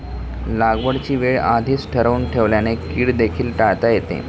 लागवडीची वेळ आधीच ठरवून ठेवल्याने कीड देखील टाळता येते